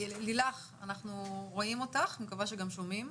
לילך, אנחנו רואים אותך ואני מקווה שגם שומעים.